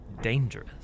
dangerous